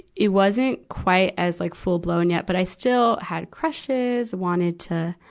it wasn't quite as like full-blown yet. but i still had crushes, wanted to,